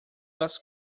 das